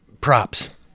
Props